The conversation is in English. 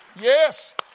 Yes